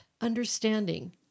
understanding